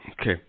Okay